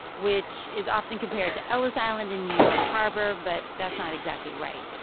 which is often compared to ellis island in new york harbor. but that's not exactly right.